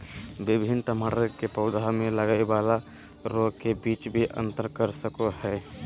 विभिन्न टमाटर के पौधा में लगय वाला रोग के बीच भी अंतर कर सकय हइ